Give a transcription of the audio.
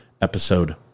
episode